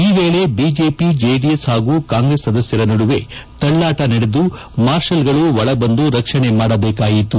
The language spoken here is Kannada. ಈ ವೇಳೆ ಬಿಜೆಪಿ ಜೆಡಿಎಸ್ ಹಾಗೂ ಕಾಂಗ್ರೆಸ್ ಸದಸ್ಯರ ನಡುವೆ ತಳ್ಳಾಟ ನಡೆದು ಮಾರ್ಷಲ್ಗಳು ಒಳಬಂದು ರಕ್ಷಣೆ ಮಾಡಬೇಕಾಯಿತು